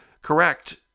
correct